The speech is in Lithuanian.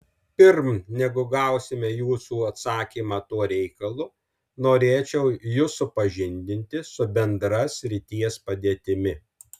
pirm negu gausime jūsų atsakymą tuo reikalu norėčiau jus supažindinti su bendra srities padėtimi